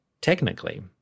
Technically